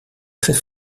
très